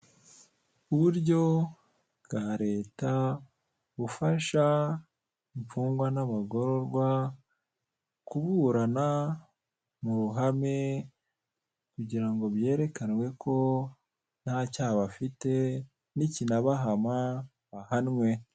Uburyo bwa Leta, bufasha imfungwa n'abagororwa, kuburana mu ruhame, kugira ngo byerekanwe ko nta cyaha bafite, nikinabahama bahanwe.